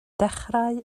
dechrau